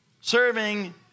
serving